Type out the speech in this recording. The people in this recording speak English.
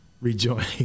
rejoining